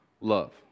Love